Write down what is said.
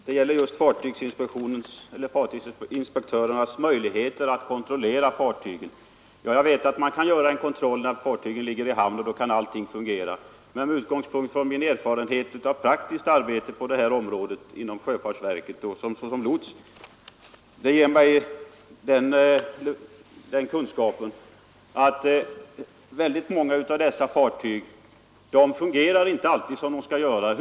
Herr talman! Det gäller just fartygsinspektörernas möjligheter att kontrollera fartygen. Jag vet att de kan göra en kontroll när fartygen ligger i hamn. Då kanske allting fungerar, men min erfarenhet av praktiskt arbete på det här området inom sjöfartsverket, också som lots har gett mig den kunskapen att många av dessa fartyg inte alltid fungerar som de borde.